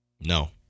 No